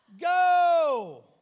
Go